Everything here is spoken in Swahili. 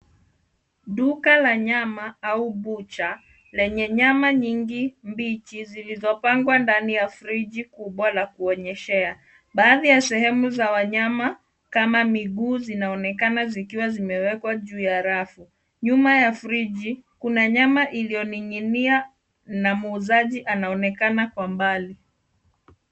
Duka la nyama au butcher , lenye nyama nyingi mbichi zilizopangwa ndani ya friji kubwa la kuonyeshea. Baadhi ya sehemu za wanyama kama miguu zinaonekana zikiwa zimewekwa juu ya rafu. Nyuma ya friji, kuna nyama iliyo ning'inia na muuzaji anaonekana kwa mbali.